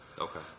Okay